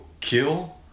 kill